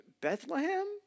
Bethlehem